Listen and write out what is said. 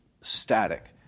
static